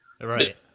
right